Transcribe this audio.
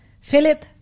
Philip